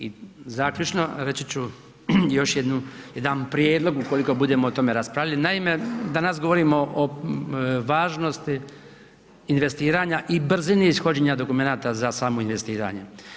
I zaključno reći ću još jedan prijedlog ukoliko budemo o tome raspravljali, naime, danas govorimo o važnosti investiranja i brzini ishođenja dokumenata za samo investiranje.